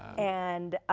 and